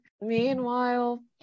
Meanwhile